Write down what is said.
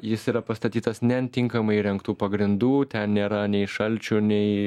jis yra pastatytas ne ant tinkamai įrengtų pagrindų ten nėra nei šalčio nei